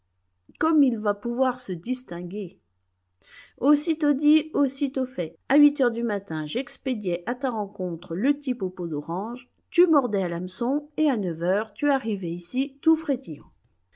comme il va pouvoir se distinguer aussitôt dit aussitôt fait à huit heures du matin j'expédiais à ta rencontre le type aux peaux d'orange tu mordais à l'hameçon et à neuf heures tu arrivais ici tout frétillant